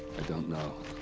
i don't know.